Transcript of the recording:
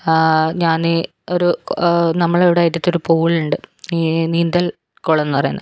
ഞാന് ഒരു നമ്മളുടെ ഇവിടെ ആയിട്ട് ഒരു പൂളുണ്ട് ഈ നീന്തൽകുളം എന്ന് പറയും